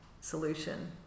solution